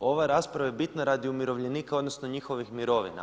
Ova rasprava je bitna radi umirovljenika odnosno njihovih mirovina.